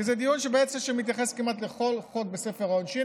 כי זה דיון שמתייחס כמעט לכל חוק בספר העונשין